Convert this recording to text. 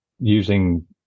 using